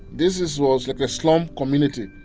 this this was, like, a slum community.